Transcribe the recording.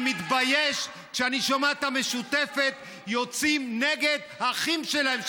אני מתבייש כשאני שומע את המשותפת יוצאים נגד אחים שלהם,